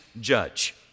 judge